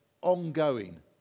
ongoing